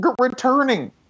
returning